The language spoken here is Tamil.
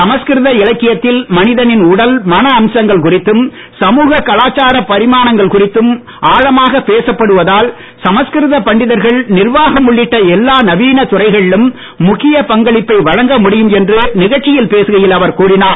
சமஸ்கிருத இலக்கியத்தில் மனிதனின் உடல் மன அம்சங்கள் குறித்தும் சமுக கலாச்சார பரிமாணங்கள் குறித்தும் ஆழமாக பேசப்படுவதால் சமஸ்கிருத பண்டிதர்கள் நிர்வாகம் உள்ளிட்ட எல்லா நவீன துறைகளிலும் முக்கிய பங்களிப்பை வழங்க முடியும் என்று நிகழ்ச்சியில் பேசுகையில் அவர் கூறினார்